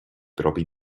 propri